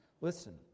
Listen